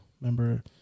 remember